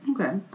okay